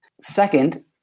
Second